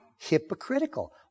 hypocritical